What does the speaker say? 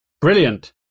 brilliant